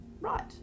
Right